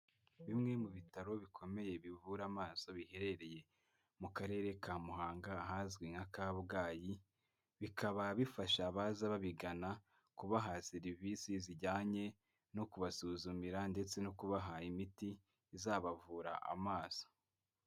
Bimwe mu bitaro bikomeye bivura amaso biherereye mu karere ka Muhanga ahazwi nka Kabgayi, bikaba bifasha abaza babigana kubaha serivisi zijyanye no kubasuzumira ndetse no kubaha imiti izabavura amaso.